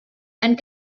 and